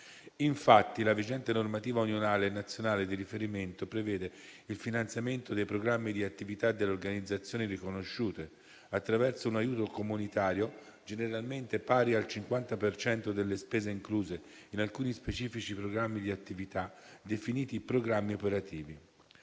Infatti, la vigente normativa unionale e nazionale di riferimento prevede il finanziamento dei programmi di attività delle organizzazioni riconosciute attraverso un aiuto comunitario generalmente pari al 50 per cento delle spese incluse in alcuni specifici programmi di attività, definiti programmi operativi.